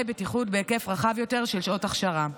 בטיחות בהיקף רחב יותר של שעות הכשרה.